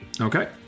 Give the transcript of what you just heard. Okay